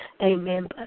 Amen